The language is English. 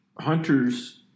hunters